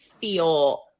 feel